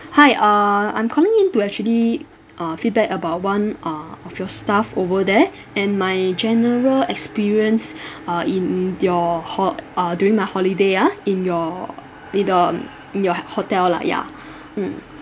hi err I'm calling in to actually uh feedback about one uh of your staff over there and my general experience uh in your ho~ uh during my holiday ah in your in the in your hotel lah ya mm